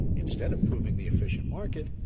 instead of proving the efficient market,